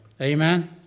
Amen